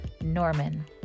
norman